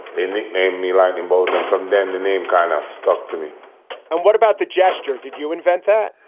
they nicknamed me lightning bolt. and from then the name kind of stuck to me and what about the gesture? did you invent that?